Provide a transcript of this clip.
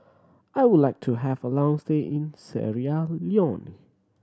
I would like to have a long stay in Sierra Leone